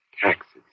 taxes